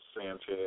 Sanchez